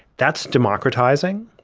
that's democratizing.